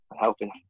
helping